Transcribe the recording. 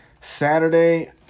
Saturday